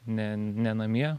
ne ne namie